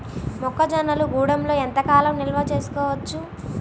మొక్క జొన్నలు గూడంలో ఎంత కాలం నిల్వ చేసుకోవచ్చు?